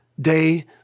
day